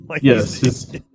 Yes